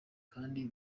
kandi